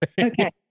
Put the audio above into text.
Okay